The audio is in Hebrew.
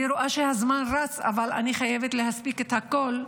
אני רואה שהזמן רץ, אבל אני חייבת להספיק הכול,